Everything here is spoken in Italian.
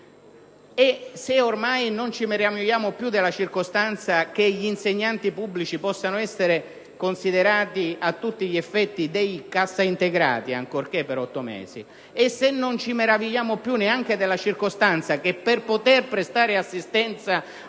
è, se ormai non ci meravigliamo più della circostanza che gli insegnanti pubblici possano essere considerati a tutti gli effetti dei cassaintegrati, ancorché per otto mesi; se non ci meravigliamo più neanche della circostanza che per poter prestare assistenza